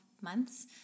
months